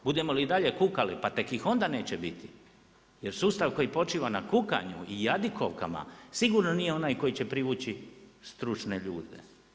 Budemo li i dalje kukali, pa tek ih onda neće biti jer sustav koji počiva na kukanju i jadikovkama, sigurno nije onaj koji će privući stručne ljude.